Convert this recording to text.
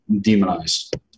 demonized